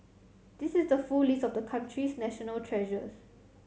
this is the full list of the country's national treasures